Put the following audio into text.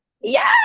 Yes